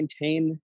maintain